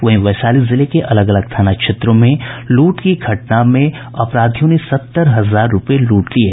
वहीं वैशाली जिले के अलग अलग थाना क्षेत्रों में लूट की घटना में अपराधियों ने सत्तर हजार रूपये लूट लिये